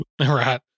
Right